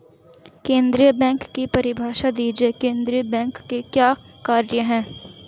केंद्रीय बैंक की परिभाषा दीजिए केंद्रीय बैंक के क्या कार्य हैं?